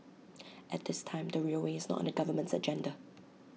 at this time the railway is not on the government's agenda